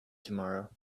tomorrow